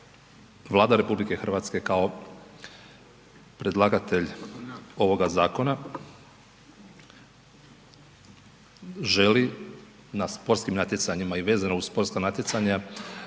Vlada RH kao predlagatelj ovoga zakona želi na sportskim natjecanjima i vezano uz sportska natjecanja